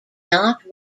not